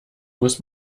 muss